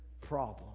problem